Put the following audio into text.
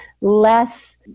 less